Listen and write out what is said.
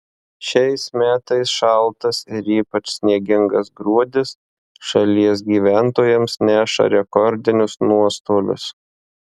šiais metais šaltas ir ypač sniegingas gruodis šalies gyventojams neša rekordinius nuostolius